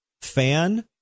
fan